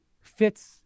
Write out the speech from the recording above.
fits